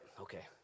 Okay